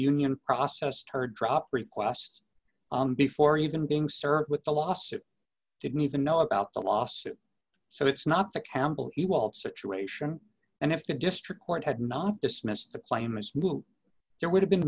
union processed her drop request on before even being served with the lawsuit didn't even know about the lawsuit so it's not the campbell he will situation and if the district court had not dismissed the claim there would have been